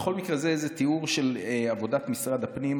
בכל מקרה, זה תיאור של עבודת משרד הפנים.